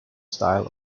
style